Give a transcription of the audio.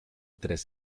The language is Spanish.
tres